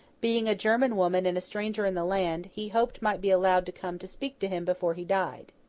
being a german woman and a stranger in the land, he hoped might be allowed to come to speak to him before he died.